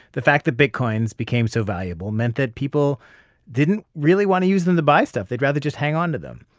the fact that bitcoins became so valuable meant that people didn't really want to use them to buy stuff. they'd rather just hang onto them.